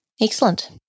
Excellent